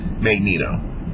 Magneto